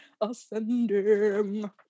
Ascending